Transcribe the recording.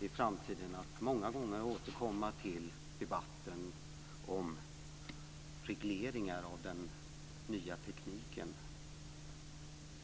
i framtiden många gånger får anledning att återkomma till debatten om regleringar av den nya tekniken.